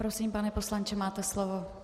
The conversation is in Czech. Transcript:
Prosím, pane poslanče, máte slovo.